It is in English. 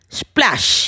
splash